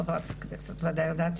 חברת הכנסת בוודאי יודעת,